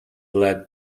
led